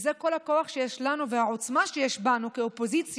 וזה כל הכוח שיש לנו והעוצמה שיש לנו כאופוזיציה,